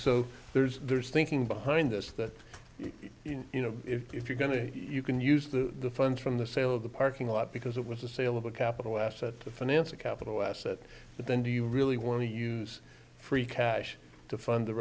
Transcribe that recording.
so there's there's thinking behind this that you know if you're going to you can use the funds from the sale of the parking lot because it was a sale of a capital asset to finance a capital asset but then do you really want to use free cash to fund the